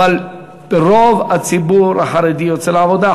אבל רוב הציבור החרדי יוצא לעבודה,